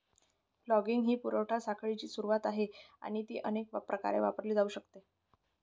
logging ही पुरवठा साखळीची सुरुवात आहे आणि ती अनेक प्रकारे वापरली जाऊ शकते